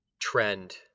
trend